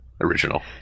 original